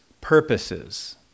purposes